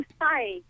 Hi